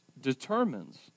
determines